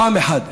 פעם אחת,